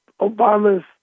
Obama's